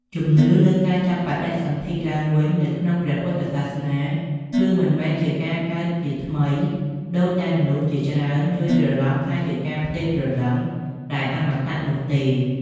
ជំនឿលើការចាប់បដិសន្ធិឡើងវិញនៅក្នុងព្រះពុទ្ធសាសនា គឺមិនមែនជា "ការកើតជាថ្មី" ដូចដែលមនុស្សជាច្រើនយល់ច្រឡំថាជាការផ្ទេរ "ព្រលឹង" ដែលអមតៈនោះទេ។